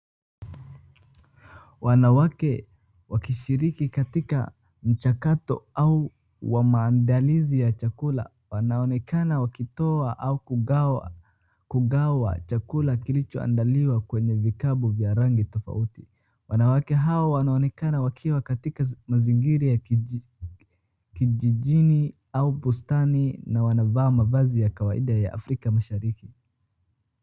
Wanawake wakishiriki katika mchakato au wa maandalizi ya chakula. Wanaonekana wakitoa au kugawa, kugawa chakula kilichoandaliwa kwenye vikapu vya rangi tofauti. Wanawake hawa wanaonekana wakiwa katika mazingira ya kijijini au bustani na wanavaa mavazi ya kawaida ya Afrika Mashariki.